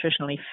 nutritionally